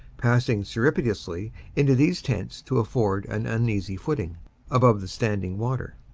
passing surrepti tiously into these tents to afford an uneasy footing above the standing water.